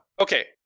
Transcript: Okay